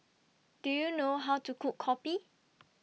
Do YOU know How to Cook Kopi